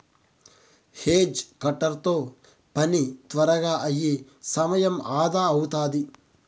hedge cutter తో పని త్వరగా అయి సమయం అదా అవుతాది